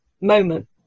moment